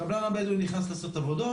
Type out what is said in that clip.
קבלן בדואי נכנס לעשות עבודות,